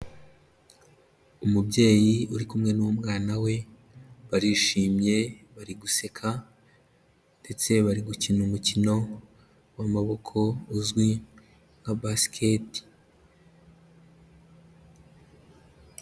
Umubyeyi uri kumwe n'umwana we barishimye bari guseka ndetse bari gukina umukino w'amaboko uzwi nka Basiketi.